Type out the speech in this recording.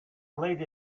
played